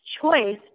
choice